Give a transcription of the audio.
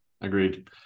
Agreed